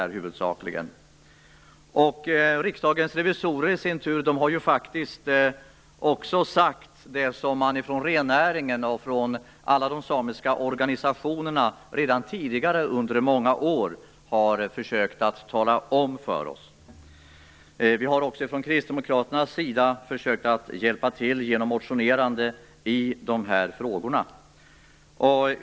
Riksdagens revisorer har i sin tur sagt det som rennäringen och de samiska organisationerna redan tidigare under många år har försökt tala om för oss. Vi har från Kristdemokraternas sida också försökt hjälpa till genom att motionera i de här frågorna.